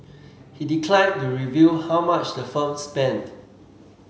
he declined to reveal how much the firm spent